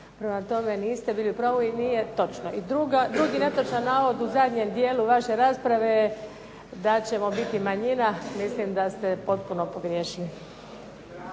Prema tome, niste bili u pravu i nije točno. I drugi netočan navod u zadnjem dijelu vaše raspave je da ćemo biti manjina, mislim da ste potpuno pogriješili.